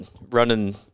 running